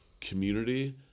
community